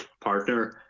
partner